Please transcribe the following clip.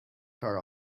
car